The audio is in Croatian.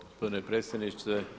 Gospodine predsjedniče.